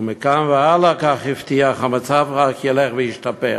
ומכאן והלאה, כך הבטיח, המצב רק ילך וישתפר.